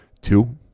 Two